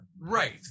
Right